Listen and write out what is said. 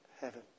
heaven